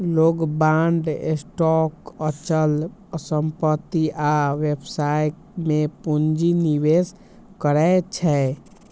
लोग bond, stock, अचल संपत्ति आ व्यवसाय मे पूंजी निवेश करै छै